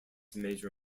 major